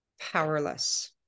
Powerless